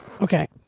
Okay